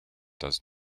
does